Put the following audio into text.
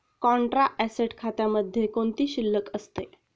Contra asset खात्यामध्ये कोणती शिल्लक असते?